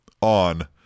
on